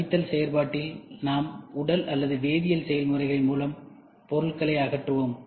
எனவே கழித்தல் செயல்பாட்டில் நாம் உடல் அல்லது வேதியியல் செயல்முறைகள் மூலம் பொருட்களை அகற்றுவோம்